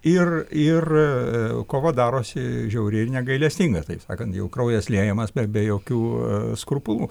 ir ir kova darosi žiauri negailestinga taip sakant jau kraujas liejamas be be jokių skrupulų